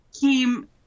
came